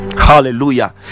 Hallelujah